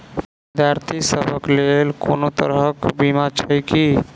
विद्यार्थी सभक लेल कोनो तरह कऽ बीमा छई की?